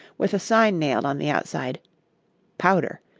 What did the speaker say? with a sign nailed on the outside powder.